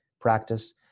practice